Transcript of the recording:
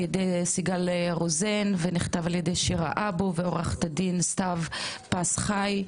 ידי סיגל רוזן ונכתב על ידי שירה אבו ועורכת הדין סתיו פס-חי,